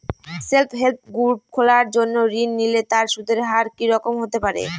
Self help group খোলার জন্য ঋণ নিলে তার সুদের হার কি রকম হতে পারে?